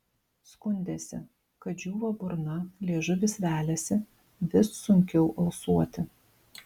skundėsi kad džiūva burna liežuvis veliasi vis sunkiau alsuoti